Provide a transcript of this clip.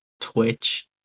Twitch